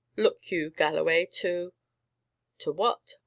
look you, galloway, to to what?